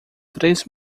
três